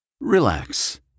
Relax